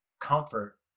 comfort